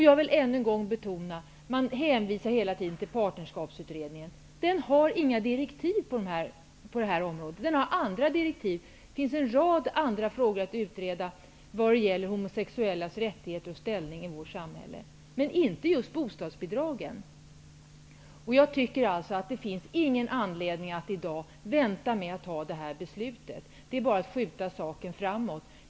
Jag vill än en gång betona att Partnerskapsutredningen, som man hela tiden hänvisar till har på det här området inga direktiv. Utredningen har andra direktiv. Det finns en rad andra frågor att utreda i vad gäller de homosexuellas rättigheter och ställning i vårt samhälle, men inga när det gäller bostadsbidragen. Det finns ingen anledning att i dag vänta med att fatta detta beslut. Det är bara att skjuta ärendet framåt i tiden.